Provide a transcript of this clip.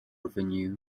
venue